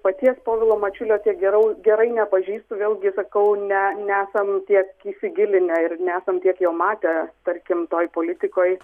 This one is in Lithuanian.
paties povilo mačiulio tiek gerau gerai nepažįstu vėlgi sakau ne nesam tiek įsigilinę ir nesam tiek jo matę tarkim toj politikoj